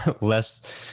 less